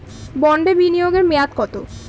বন্ডে বিনিয়োগ এর মেয়াদ কত?